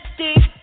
deep